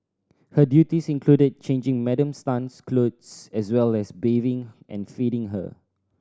her duties included changing Madam Tan's clothes as well as bathing and feeding her